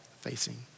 facing